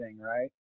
right